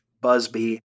Busby